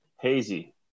hazy